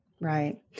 Right